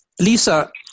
Lisa